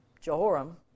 Jehoram